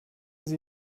sie